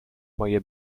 moje